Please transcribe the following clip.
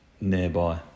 nearby